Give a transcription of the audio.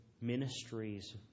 ministries